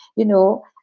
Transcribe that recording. you know,